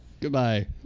goodbye